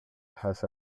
has